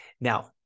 Now